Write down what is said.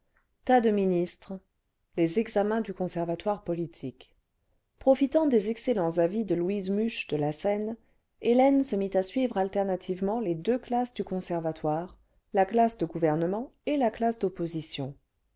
tas de ministres les examens du conservatoire politique louise muche de la seine profitant des excellents avis de louise muche cle la seine hélène se mit à suivre alternativement les deux classes du conservatoire la classe cle gouvernement et la classe d'opposition